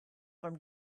from